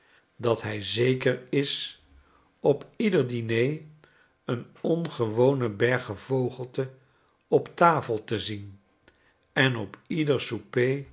dat hy zeker is op ieder diner een ongewonen berg gevogelte op de tafel te zien en op ieder souper